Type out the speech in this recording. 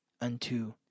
unto